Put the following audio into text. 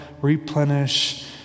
replenish